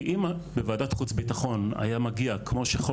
כי אם בוועדת חוץ ביטחון היה מגיע כמו שחוק